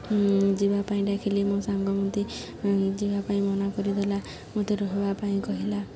ଯିବା ପାଇଁ ଡାକିଲି ମୋ ସାଙ୍ଗ ମୋତେ ଯିବା ପାଇଁ ମନା କରିଦେଲା ମୋତେ ରହିବା ପାଇଁ କହିଲା